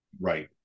Right